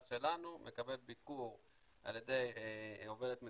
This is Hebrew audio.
שלנו מקבל ביקור על ידי עובדת מדינה,